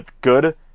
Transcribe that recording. good